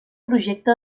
projecte